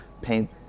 paint